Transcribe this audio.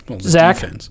Zach